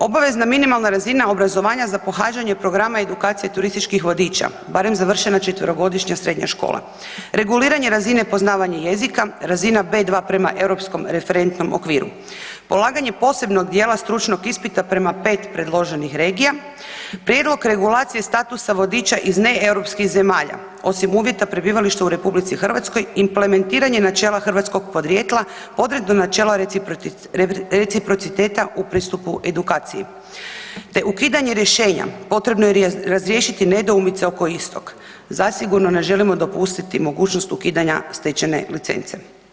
Obavezna minimalna razina obrazovanja za pohađanje programa edukacije turističkih vodiča, barem završena 4-godišnja srednja škola, reguliranje razine poznavanja jezika, razina B2 prema Europskom referentnom okviru; polaganje posebnog dijela stručnog ispita prema 5 predloženih regija, prijedlog regulacije statusa vodiča iz neeuropskih zemalja, osim uvjeta prebivališta u RH, implementiranje načela hrvatskog podrijetla, podredno načelo reciprociteta u pristupu edukaciji te ukidanje rješenja, potrebno je razriješiti nedoumice oko istog, zasigurno ne želimo dopustiti mogućost ukidanja stečene licence.